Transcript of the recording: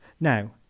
now